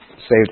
Saved